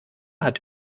hat